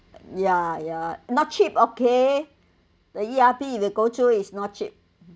ya ya not cheap okay the E_R_P if you go through is not cheap